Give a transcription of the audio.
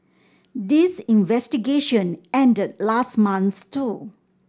this investigation ended last month too